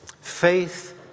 Faith